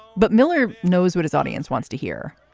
but miller knows what his audience wants to hear.